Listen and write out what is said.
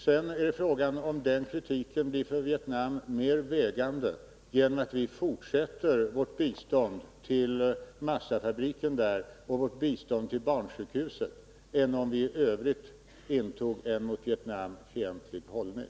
Sedan är frågan om den kritiken blir för Vietnam mer vägande genom att vi fortsätter vårt bistånd till massafabriken där och till barnsjukhuset där än om vi i Övrigt intar en mot Vietnam fientlig hållning.